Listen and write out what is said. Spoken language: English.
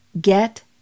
get